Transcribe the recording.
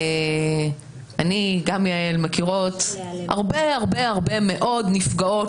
גם אני וגם יעל מכירות הרבה הרבה מאוד נפגעות